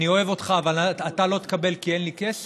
אני אוהב אותך, אבל אתה לא תקבל כי אין לי כסף?